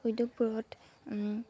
উদ্যোগবোৰত